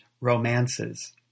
romances